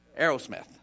Aerosmith